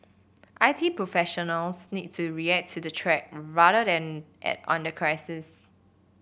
I T professionals need to react to the threat rather than act on the crisis